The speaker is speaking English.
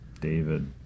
David